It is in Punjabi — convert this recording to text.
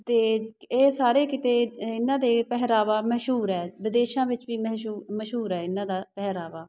ਅਤੇ ਇਹ ਸਾਰੇ ਕਿਤੇ ਇਹਨਾਂ ਦੇ ਪਹਿਰਾਵਾ ਮਸ਼ਹੂਰ ਹੈ ਵਿਦੇਸ਼ਾਂ ਵਿੱਚ ਵੀ ਮਸ਼ਹੂਰ ਮਸ਼ਹੂਰ ਹੈ ਇਹਨਾਂ ਦਾ ਪਹਿਰਾਵਾ